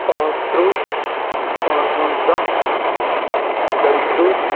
پانٛژترٕٛہ پانٛژوَنٛزاہ دۄیِہ ترٕٛہ